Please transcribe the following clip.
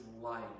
life